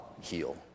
heal